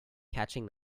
catching